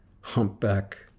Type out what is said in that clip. Humpback